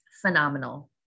Phenomenal